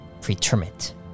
Pretermit